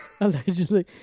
Allegedly